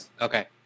okay